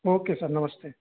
okay sir नमस्ते